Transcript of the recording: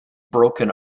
broken